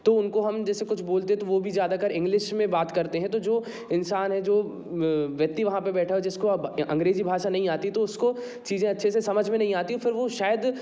तो उनको हम जैसे कुछ बोलते तो वो भी ज़्यादा कर इंग्लिश में बात करते हैं तो जो इंसान है जो व्यक्ति वहाँ पर बैठा है जिसको आप अंग्रेजी भाषा नहीं आती तो उसको चीज़ें अच्छे से समझ में नहीं आती फिर वो शायद